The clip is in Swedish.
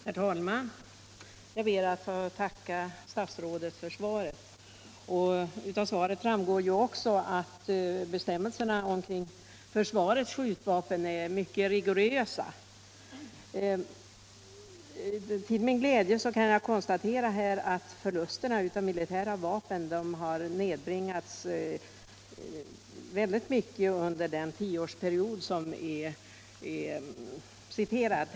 Herr talman! Jag ber att få tacka statsrådet för svaret, varav framgår att bestämmelserna om försvarets skjutvapen är mycket rigorösa. Till min glädje konstaterar jag att förlusten av militära vapen har nedbringats väldigt mycket under den tioårsperiod som nämns i svaret.